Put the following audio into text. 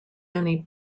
many